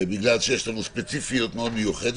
בגלל שיש לנו ספציפיות מאוד מיוחדת,